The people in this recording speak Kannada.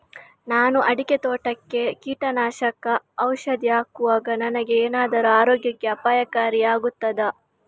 ನಾನು ಅಡಿಕೆ ತೋಟಕ್ಕೆ ಕೀಟನಾಶಕ ಔಷಧಿ ಹಾಕುವಾಗ ನನಗೆ ಏನಾದರೂ ಆರೋಗ್ಯಕ್ಕೆ ಅಪಾಯಕಾರಿ ಆಗುತ್ತದಾ?